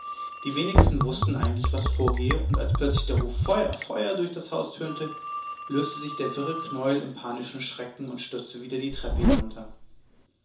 die wenigsten wußten eigentlich was vorgehe und als plötzlich der ruf feuer feuer durch das haus tönte löste sich der wirre knäuel im panischen schrecken und stürzte wieder die treppe hinunter